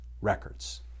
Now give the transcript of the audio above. records